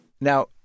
Now